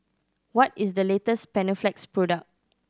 what is the latest Panaflex product